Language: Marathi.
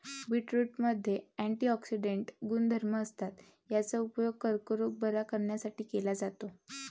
बीटरूटमध्ये अँटिऑक्सिडेंट गुणधर्म असतात, याचा उपयोग कर्करोग बरा करण्यासाठी केला जातो